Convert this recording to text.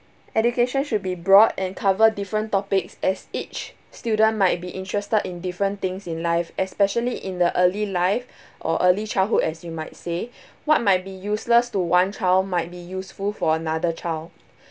education should be broad and cover different topics as each student might be interested in different things in life especially in the early life or early childhood as you might say what might be useless to one child might be useful for another child